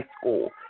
school